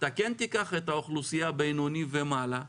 כן תיקח את האוכלוסייה הבינונית ומעלה,